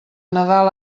nadal